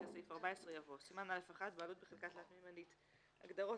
אחרי סעיף 14 יבוא: "סימן א'1: בעלות בחלקה תלת־ממדית הגדרות,